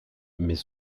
mais